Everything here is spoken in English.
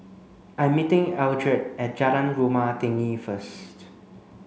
I'm meeting Eldred at Jalan Rumah Tinggi first